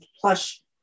plush